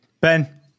Ben